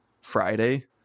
friday